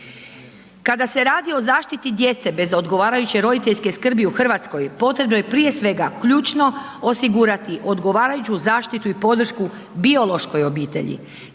Kada se radi o zaštiti djece bez odgovarajuće roditeljske skrbi u Hrvatskoj, potrebno je prije svega, ključno osigurati odgovarajuću zaštitu i podršku biološkoj obitelji.